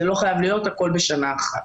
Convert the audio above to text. לא חייב להיות הכול בשנה אחת.